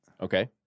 Okay